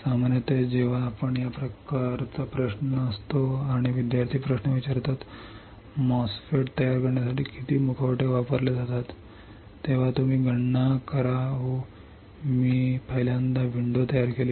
सामान्यतः जेव्हा आपण या प्रकारचा प्रश्न असतो आणि विद्यार्थी प्रश्न विचारतात MOSFET तयार करण्यासाठी किती मुखवटे वापरले जातात तेव्हा तुम्ही गणना करा ओह मी पहिल्यांदा विंडो तयार केली